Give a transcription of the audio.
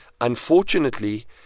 unfortunately